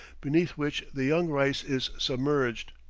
beneath which the young rice is submerged.